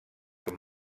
com